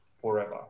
forever